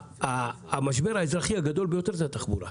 המשבר האזרחי הגדול ביותר הוא התחבורה.